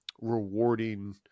rewarding